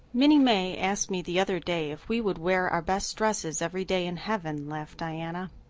minnie may asked me the other day if we would wear our best dresses every day in heaven, laughed diana.